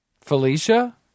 Felicia